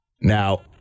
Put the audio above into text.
Now